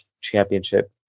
championship